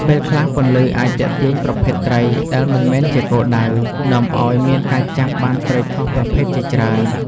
ពេលខ្លះពន្លឺអាចទាក់ទាញប្រភេទត្រីដែលមិនមែនជាគោលដៅ នាំឱ្យមានការចាប់បានត្រីខុសប្រភេទច្រើន។